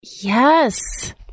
Yes